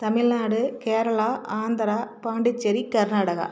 Tamil Nadu Kerala Andhra Pondicherry Karnataka